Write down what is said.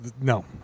No